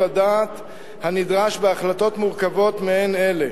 הדעת הנדרש בהחלטות מורכבות מעין אלה.